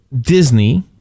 Disney